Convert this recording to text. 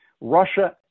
Russia